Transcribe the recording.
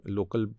Local